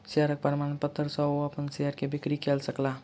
शेयरक प्रमाणपत्र सॅ ओ अपन शेयर के बिक्री कय सकला